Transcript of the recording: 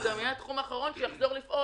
וזה גם יהיה התחום האחרון שיחזור לפעול,